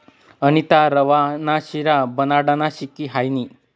अनीता रवा ना शिरा बनाडानं शिकी हायनी